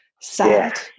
sad